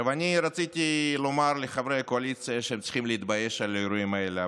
אני רציתי לומר לחברי הקואליציה שהם צריכים להתבייש על האירועים האלה,